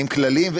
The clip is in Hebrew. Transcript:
כלליים.